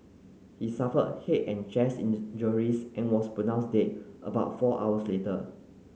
he suffered head and chest injuries and was pronounced dead about four hours later